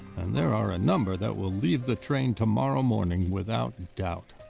and there are number that will leave the train tomorrow morning without doubt.